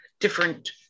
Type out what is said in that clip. different